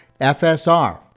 fsr